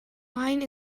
line